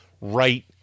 right